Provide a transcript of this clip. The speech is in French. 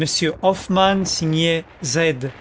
m hoffmann signait z